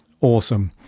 awesome